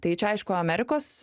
tai čia aišku amerikos